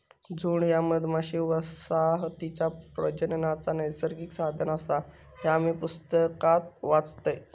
झुंड ह्या मधमाशी वसाहतीचा प्रजननाचा नैसर्गिक साधन आसा, ह्या मी पुस्तकात वाचलंय